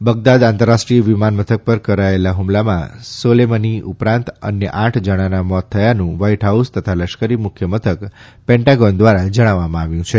Baghdad આંતરરાષ્ટ્રીય વિમાનમથક પર કરેલા હુમલામાં સોલેમની ઉપરાંત અન્ય આઠ જણાનાં મોત થયાનું વ્હાઈટ હાઉસ તથા લશ્કરી મુખ્ય મથક પેન્ટાગોન દ્વારા જણાવવામાં આવ્યું છે